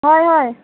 हय हय